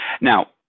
Now